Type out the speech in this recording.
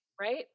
right